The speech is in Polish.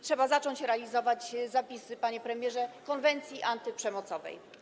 Trzeba zacząć realizować zapisy, panie premierze, konwencji antyprzemocowej.